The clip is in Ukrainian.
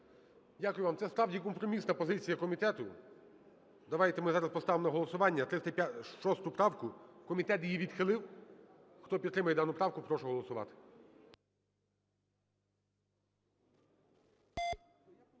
Дякую вам. Це справді компромісна позиція комітету. Давайте ми зараз поставимо на голосування 306 правку, комітет її відхилив. Хто підтримує дану правку, прошу голосувати.